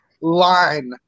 line